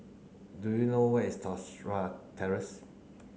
do you know where is Tosca Terrace